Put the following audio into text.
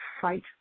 fight